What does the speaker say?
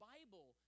Bible